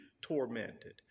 tormented